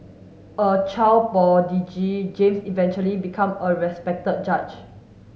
a child prodigy James eventually become a respected judge